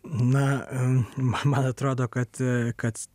na man man atrodo kad kad